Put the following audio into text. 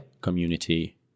community